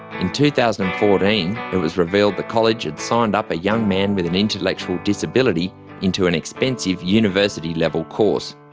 in two thousand and fourteen it was revealed the college had signed up a young man with an intellectual disability into an expensive university-level course,